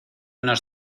nos